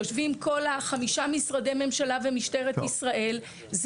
יושבים כל חמישה משרדי ממשלה ומשטרת ישראל,